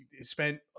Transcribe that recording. spent